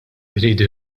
jridu